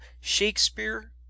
shakespeare